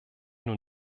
nun